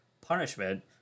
punishment